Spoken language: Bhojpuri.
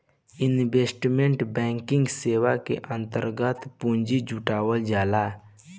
इन्वेस्टमेंट बैंकिंग सेवा के अंतर्गत पूंजी जुटावल जाला